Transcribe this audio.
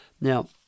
Now